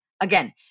again